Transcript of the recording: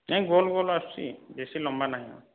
ନାଇଁ ଗୋଲ୍ ଗୋଲ୍ ଆସୁଛି ବେଶି ଲମ୍ବା ନାହିଁ